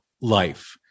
life